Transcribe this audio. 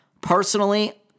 personally